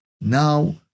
now